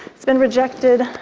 it's been rejected.